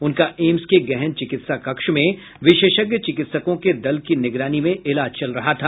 उनका एम्स के गहन चिकित्सा कक्ष में विशेषज्ञ चिकित्सकों के दल की निगरानी में इलाज चल रहा था